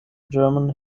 german